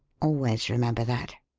always remember that.